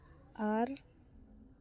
ᱟᱨ